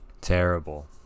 Terrible